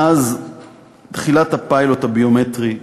מאז תחילת הפיילוט הביומטרי,